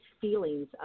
feelings